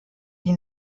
die